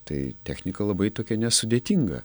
tai technika labai tokia nesudėtinga